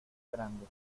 grande